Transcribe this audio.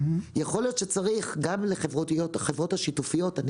יכול להיות שצריך להיות בחברות השיתופיות - אני